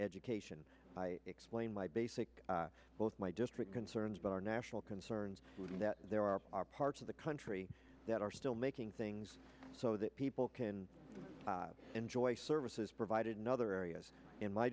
education explain my basic both my district concerns but our national concerns that there are parts of the country that are still making things so that people can enjoy services provided another areas in my